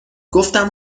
گفتم